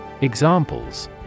Examples